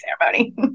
ceremony